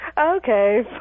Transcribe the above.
Okay